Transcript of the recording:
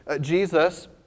Jesus